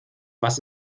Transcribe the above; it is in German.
was